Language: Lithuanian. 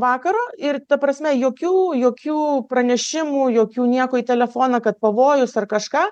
vakaro ir ta prasme jokių jokių pranešimų jokių nieko į telefoną kad pavojus ar kažką